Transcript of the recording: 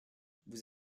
vous